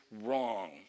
wrong